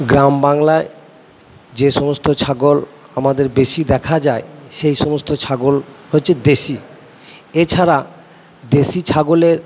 গ্রাম বাংলায় যে সমস্ত ছাগল আমাদের বেশি দেখা যায় সেই সমস্ত ছাগল হচ্ছে দেশি এছাড়া দেশি ছাগলের